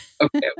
Okay